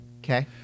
okay